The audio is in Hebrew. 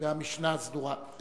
והמשנה הסדורה.